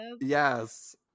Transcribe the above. Yes